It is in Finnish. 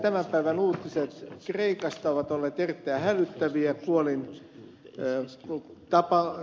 tämän päivän uutiset kreikasta ovat olleet erittäin hälyttäviä puolin jos se olis mun tapaan